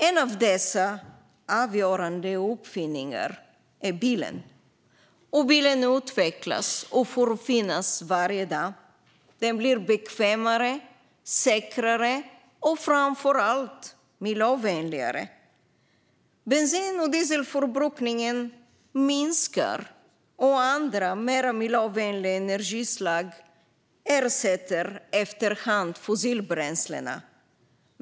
En av dessa avgörande uppfinningar är bilen. Den utvecklas och finns där varje dag. Den blir bekvämare, säkrare och framför allt miljövänligare. Bensin och dieselförbrukningen minskar, och andra mer miljövänliga energislag ersätter efter hand fossilbränslen.